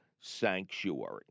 Sanctuary